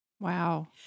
Wow